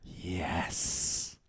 yes